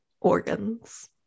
organs